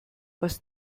was